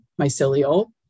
mycelial